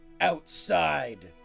Outside